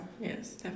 yes